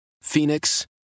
Phoenix